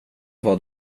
vad